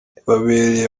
ibabereye